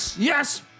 Yes